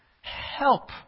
help